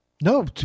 No